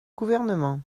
gouvernement